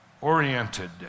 oriented